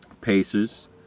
Pacers